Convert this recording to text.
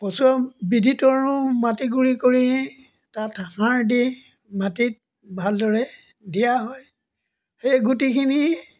পচোৱা বিধিটো আৰু মাটি গুড়ি কৰি তাত সাৰ দি মাটিত ভালদৰে দিয়া হয় সেই গুটিখিনি